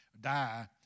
die